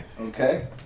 okay